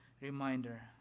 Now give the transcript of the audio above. reminder